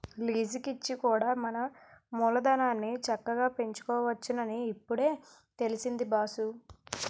లీజికిచ్చి కూడా మన మూలధనాన్ని చక్కగా పెంచుకోవచ్చునని ఇప్పుడే తెలిసింది బాసూ